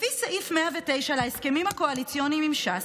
לפי סעיף 109 להסכמים הקואליציוניים עם ש"ס,